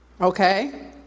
Okay